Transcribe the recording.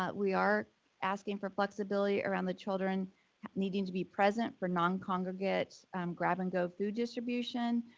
but we are asking for flexibility around the children needing to be present for noncongregate grab-and-go food distribution.